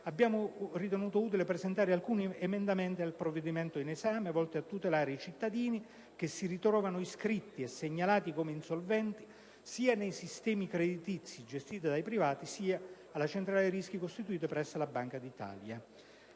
abbiamo ritenuto utile presentare alcuni emendamenti al provvedimento in esame volti a tutelare i cittadini che si ritrovano iscritti e segnalati come insolventi sia nei sistemi creditizi gestiti dai privati sia alla Centrale dei rischi costituita presso la Banca d'Italia.